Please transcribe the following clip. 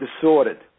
disordered